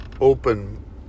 open